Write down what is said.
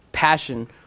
passion